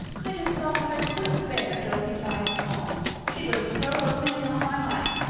i just felt that i couldn't bear josie pye's scorn. she would have crowed over me all my life.